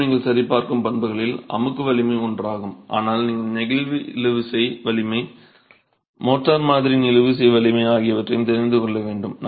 மீண்டும் நீங்கள் சரிபார்க்கும் பண்புகளில் அமுக்கு வலிமை ஒன்றாகும் ஆனால் நீங்கள் நெகிழ்வு இழுவிசை வலிமை மோர்டார் மாதிரியின் இழுவிசை வலிமை ஆகியவற்றையும் தெரிந்து கொள்ள வேண்டும்